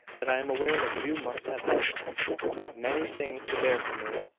that i am aware that you must have had many things to bear from me.